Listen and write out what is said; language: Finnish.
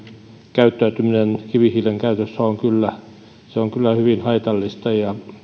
käyttäytyminen kivihiilen käytössä on kyllä hyvin haitallista ja